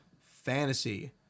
Fantasy